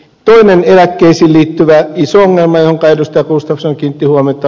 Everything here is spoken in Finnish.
toinen eläkkeisiin liittyvä iso ongelma johonka ed